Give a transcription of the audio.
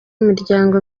imiryango